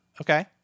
okay